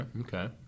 Okay